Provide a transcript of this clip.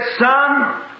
Son